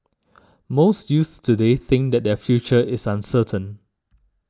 most youths today think that their future is uncertain